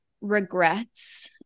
Regrets